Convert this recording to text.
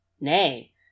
Nay